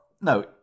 no